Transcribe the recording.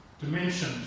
dimension